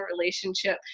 relationship